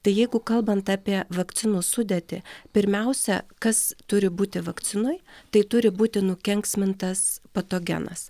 tai jeigu kalbant apie vakcinų sudėtį pirmiausia kas turi būti vakcinoj tai turi būti nukenksmintas patogenas